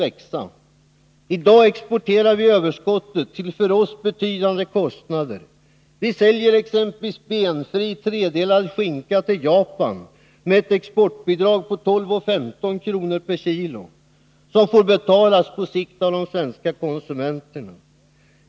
I dag exporterar vi överskottet till för oss betydande kostnader. Vi säljer exempelvis benfri tredelad skinka till Japan med ett exportbidrag på 12:15 kr. per kg. Detta får på sikt betalas av de svenska konsumenterna.